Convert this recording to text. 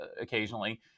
occasionally